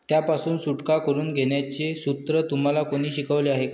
त्यापासून सुटका करून घेण्याचे सूत्र तुम्हाला कोणी शिकवले आहे का?